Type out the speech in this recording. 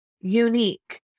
unique